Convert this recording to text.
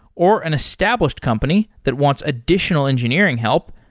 or an established company that wants additional engineering help,